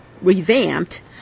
revamped